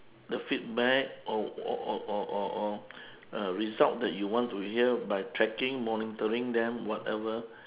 the feedback or or or or or or uh result that you want to hear by tracking monitoring them whatever